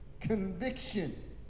conviction